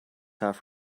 half